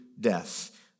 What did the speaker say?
death